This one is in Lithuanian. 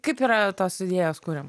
kaip yra tos idėjos kuriam